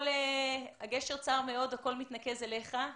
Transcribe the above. גשר צר מאוד והכול מתנקז אליך,